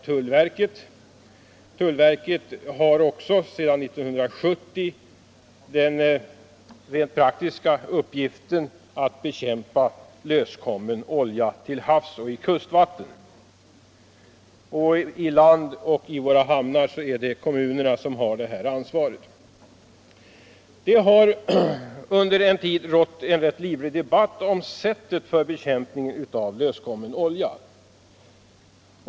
Tullverket har också sedan 1970 den här praktiska uppgiften att bekämpa löskommen olja till havs och i kustvatten. I land och i våra hamnar har kommunerna det ansvaret. Det har under en tid förts en rätt livlig debatt om sättet för bekämpning av löskommen olja.